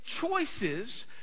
choices